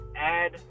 Add